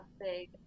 big